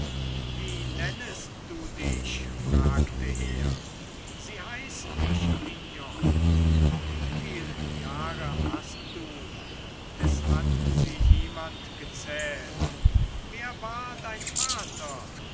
wie nennest du dich fragte er sie heißen mich mignon wieviel jahre hast du es hat sie niemand gezählt wer war dein vater